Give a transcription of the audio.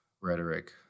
rhetoric